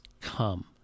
come